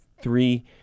three